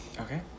Okay